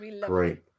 great